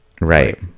Right